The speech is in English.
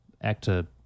actor